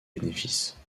bénéfices